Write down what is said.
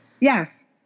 Yes